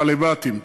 בעלי-בתים.